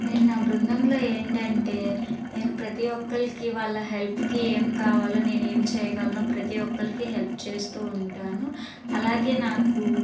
నేను నా బృందంలో ఏంటంటే నేను ప్రతిఒక్కరికి వాళ్ల హెల్ప్కి ఏం కావాలో నేను ఏం చేయగలనో ప్రతీ ఒక్కళ్ళకి హెల్ప్ చేస్తూ ఉంటాను అలాగే నాకు